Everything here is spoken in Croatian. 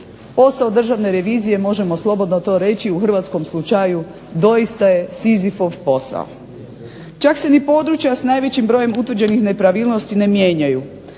Posao Državne revizije možemo slobodno to reći u Hrvatskom slučaju doista je sizifov posao. Čak se ni područja s najvećim brojem utvrđenih nepravilnosti ne mijenjaju.